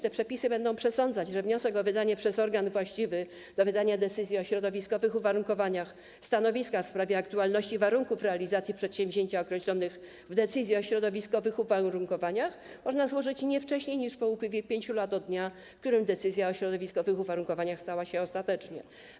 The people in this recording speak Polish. Te przepisy będą również przesądzać, że wniosek o wydanie przez organ właściwy do wydania decyzji o środowiskowych uwarunkowaniach stanowiska w sprawie aktualności warunków realizacji przedsięwzięcia określonych w decyzji o środowiskowych uwarunkowaniach można złożyć nie wcześniej niż po upływie 5 lat od dnia, w którym decyzja o środowiskowych uwarunkowaniach stała się ostateczna.